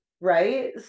Right